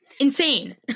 Insane